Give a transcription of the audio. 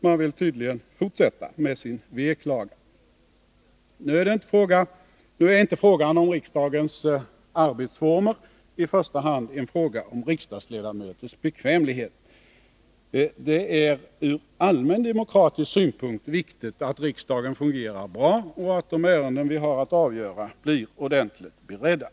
Man vill tydligen fortsätta med sin veklagan. Nu är inte frågan om riksdagens arbetsformer i första hand en fråga om riksdagsledamöters bekvämlighet. Det är ur allmän demokratisk synpunkt viktigt att riksdagen fungerar bra och att de ärenden vi har att avgöra blir ordentligt beredda.